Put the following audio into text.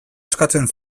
eskatzen